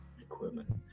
equipment